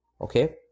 Okay